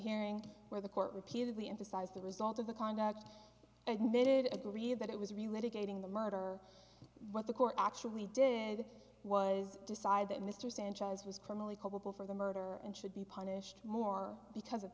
hearing where the court repeatedly emphasized the result of the conduct admitted agreed that it was related aiding the murder what the court actually did was decide that mr sanchez was criminally culpable for the murder and should be punished more because